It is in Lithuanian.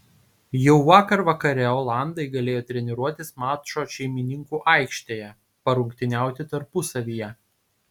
jau vakar vakare olandai galėjo treniruotis mačo šeimininkų aikštėje parungtyniauti tarpusavyje